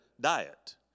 diet